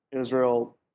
Israel